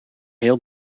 heel